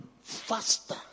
faster